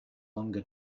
longer